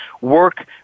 work